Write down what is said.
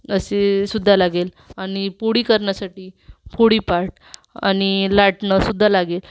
असेसुद्धा लागेल आणि पुडी करण्यासाठी पुडी पाट आणि लाटणं सुद्धा लागेल